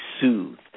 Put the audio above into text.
soothed